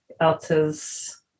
else's